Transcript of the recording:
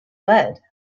lead